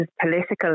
political